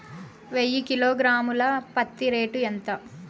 వెయ్యి కిలోగ్రాము ల పత్తి రేటు ఎంత?